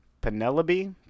Penelope